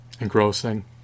engrossing